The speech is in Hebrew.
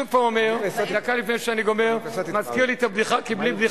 כרטיסי תייר, אי-אפשר, כרטיסי קרדיט, אי-אפשר.